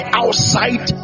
outside